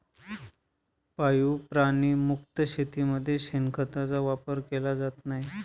पाळीव प्राणी मुक्त शेतीमध्ये शेणखताचा वापर केला जात नाही